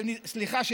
סליחה,